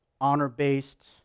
honor-based